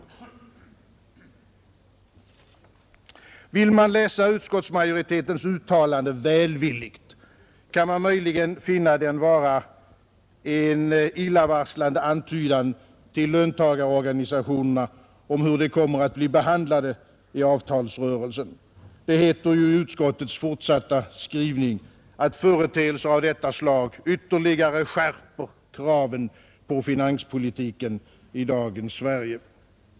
Vill man läsa utskottsmajoritetens uttalande välvilligt, kan man möjligen finna det vara en illavarslande antydan till löntagarorganisationerna om hur de kommer att bli behandlade i avtalsrörelsen. Det heter ju i utskottets fortsatta skrivning att företeelser av detta slag ytterligare skärper kraven på finanspolitiken i dagens Sverige.